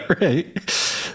right